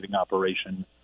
operation